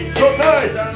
tonight